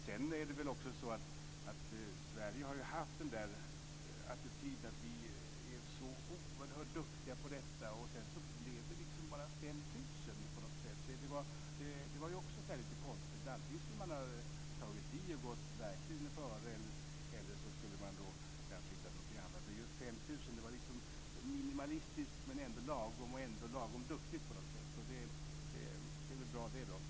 Sverige har väl haft den attityden att vi är så oerhört duktiga på detta. Sedan blev det bara 5 000. Det var också lite konstigt. Antingen skulle man tagit i och verkligen gått före, eller också så skulle man kanske hittat något annat. Just detta med 5 000 var minimalistiskt men ändå lagom duktigt på något sätt. Och det är väl bra det då.